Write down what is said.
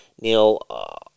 Neil